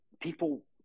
people